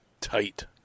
tight